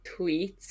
tweets